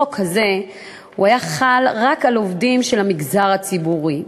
החוק הזה חל רק על העובדים של המגזר הציבורי,